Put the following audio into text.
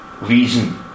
reason